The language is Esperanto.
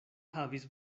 havis